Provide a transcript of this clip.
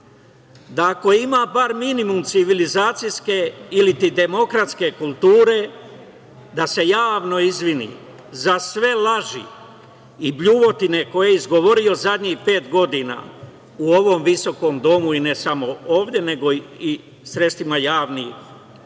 da ako ima bar minimum civilizacijske ili ti demokratske kulture da se javno izvini za sve laži i bljuvotine koje je izgovorio zadnjih pet godina u ovom visokom domu, i ne samo ovde, nego i u sredstvima javnog